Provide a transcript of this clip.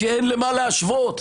כי אין למה להשוות,